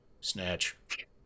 Snatch